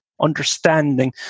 understanding